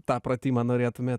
tą pratimą norėtume